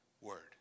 word